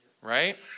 right